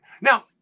Now